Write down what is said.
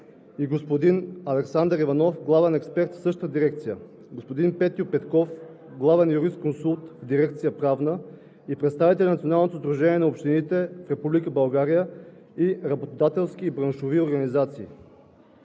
и господин Александър Иванов – главен експерт в същата дирекция, господин Петьо Петков – главен юрисконсулт в дирекция „Правна“, представители на Националното сдружение на общините в Република България и работодателски и браншови организации.